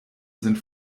sind